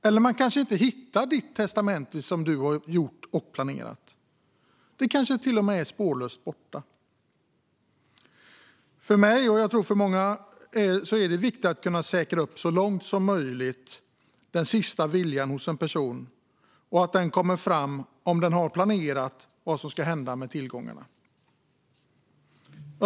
Eller man kanske inte hittar ditt testamente - det kanske till och med är spårlöst borta. För mig och för många är det viktigt att så långt som möjligt säkerställa att den sista viljan hos en person kommer fram om personen har planerat vad som ska hända med tillgångarna.